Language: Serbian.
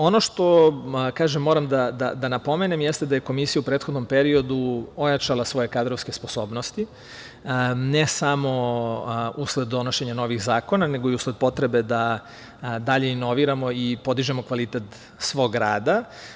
Ono što moram da napomenem jeste da je Komisija u prethodnom periodu ojačala svoje kadrovske sposobnosti ne samo usled donošenja novih zakona, nego i usled potrebe da dalje inoviramo i podižemo kvalitet svog rada.